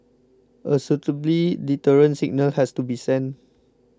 a suitably deterrent signal has to be sent